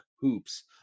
Hoops